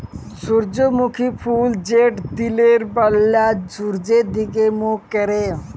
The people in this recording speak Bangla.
সূর্যমুখী ফুল যেট দিলের ব্যালা সূর্যের দিগে মুখ ক্যরে